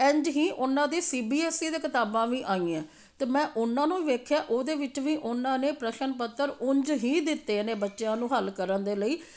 ਇੰਝ ਹੀ ਉਹਨਾਂ ਦੇ ਸੀ ਬੀ ਐੱਸ ਈ ਦੀਆਂ ਕਿਤਾਬਾਂ ਵੀ ਆਈਆਂ ਅਤੇ ਮੈਂ ਉਹਨਾਂ ਨੂੰ ਵੇਖਿਆ ਉਹਦੇ ਵਿੱਚ ਵੀ ਉਹਨਾਂ ਨੇ ਪ੍ਰਸ਼ਨ ਪੱਤਰ ਉਂਝ ਹੀ ਦਿੱਤੇ ਨੇ ਬੱਚਿਆਂ ਨੂੰ ਹੱਲ ਕਰਨ ਦੇ ਲਈ